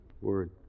word